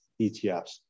ETFs